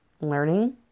learning